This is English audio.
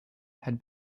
had